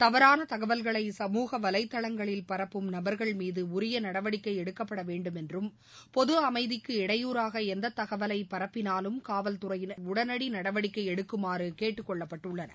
தவறான தகவல்களை சமூக வலைதளங்களில் பரப்பும் நபர்கள் மீது உரிய நடவடிக்கை எடுக்கப்பட வேண்டும் என்றும் பொது அமைதிக்கு இடையூறாக எந்த தகவலை பரப்பினாலும் காவல்துறையினா் உடனடி நடவடிக்கை எடுக்குமாறு கேட்டுக் கொள்ளப்பட்டுள்ளனர்